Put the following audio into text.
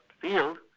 field